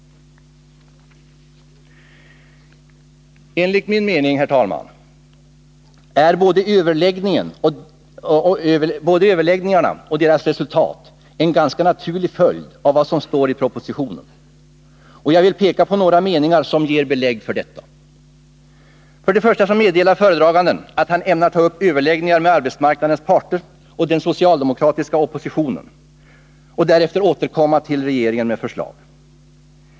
Enligt min mening är både överläggningarna och deras resultat en ganska naturlig följd av vad som står i propositionen. Jag vill peka på några meningar som ger belägg för detta. För det första meddelar föredraganden att han ämnar ta upp överläggningar med arbetsmarknadens parter och den socialdemokratiska oppositionen och därefter återkomma till regeringen med förslag.